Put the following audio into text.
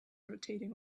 rotating